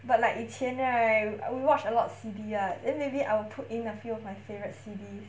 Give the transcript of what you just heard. but like 以前 right we watch a lot of C_D [what] then maybe I will put in a few of my favourite C_Ds